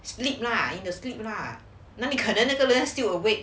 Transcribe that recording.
sleep lah in the sleep lah 哪里可能那个人 still awake